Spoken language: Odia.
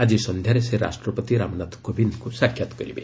ଆଜି ସନ୍ଧ୍ୟାରେ ସେ ରାଷ୍ଟ୍ରପତି ରାମନାଥ କୋବିନ୍ଦଙ୍କ ସାକ୍ଷାତ କରିବେ